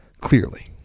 clearly